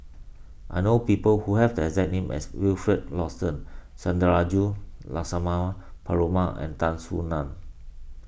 I know people who have the exact name as Wilfed Lawson Sundarajulu Lakshmana Perumal and Tan Soo Nan